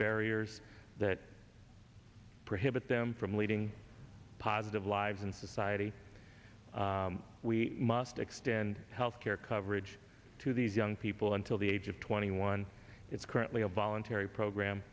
barriers that prohibit them from leading positive lives in society we must extend health care coverage to these young people until the age of twenty one it's currently a voluntary program